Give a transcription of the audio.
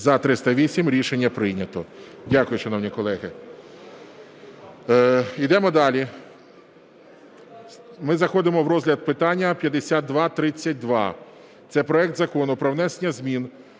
За-308 Рішення прийнято. Дякую, шановні колеги. Йдемо далі. Ми заходимо в розгляд питання 5232 – це проект Закону про внесення змін